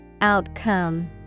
Outcome